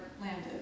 landed